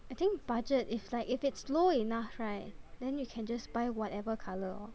I think budget if like if it's low enough right then you can just buy whatever colour lor